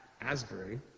Asbury